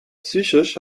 psychisch